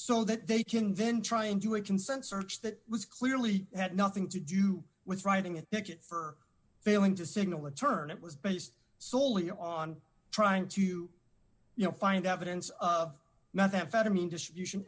so that they can then try and do a consent search that was clearly had nothing to do with riding a picket for failing to signal a turn it was based soley on trying to you know find evidence of methamphetamine distribution